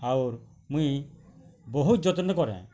ଆଉର୍ ମୁଇଁ ବହୁତ୍ ଯତ୍ନ କରେଁ